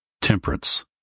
temperance